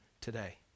today